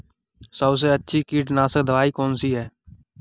सबसे अच्छी कीटनाशक दवाई कौन सी है?